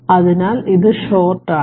അതിനാൽ ഇത് ഷോർട്ട് ആണ്